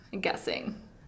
guessing